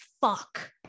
fuck